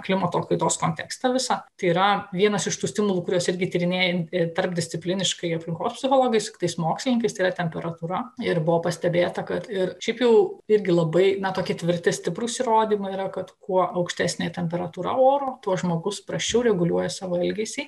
klimato kaitos kontekstą visą tai yra vienas iš tų stimulų kuriuos irgi tyrinėjanti tarpdiscipliniškai su aplinkos psichologais su kitais mokslininkais tai yra temperatūra ir buvo pastebėta kad ir šiaip jau irgi labai na tokie tvirti stiprūs įrodymai yra kad kuo aukštesnė temperatūra oro tuo žmogus prasčiau reguliuoja savo elgesį